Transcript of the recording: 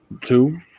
Two